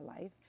life